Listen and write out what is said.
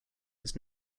its